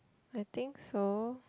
I think so